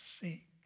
seek